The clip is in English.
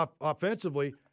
offensively